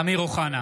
אמיר אוחנה,